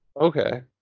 Okay